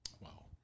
Wow